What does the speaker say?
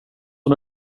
dem